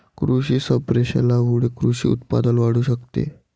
कृषी संप्रेषणामुळे कृषी उत्पादन वाढू शकते